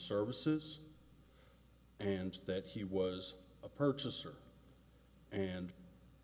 services and that he was a purchaser and